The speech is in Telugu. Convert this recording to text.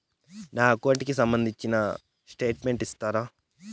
నా అకౌంట్ కు సంబంధించిన స్టేట్మెంట్స్ ఇస్తారా